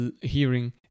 hearing